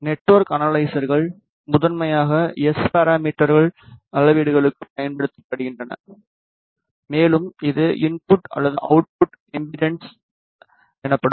network அனலைசர்கள் முதன்மையாக S பாராமீட்டர்கள் அளவீடுகளுக்குப் பயன்படுத்தப்படுகின்றன மேலும் இது இன்புட் அல்லது அவுட்புட் இம்பெடன்ஸ் எனப்படும்